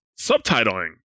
subtitling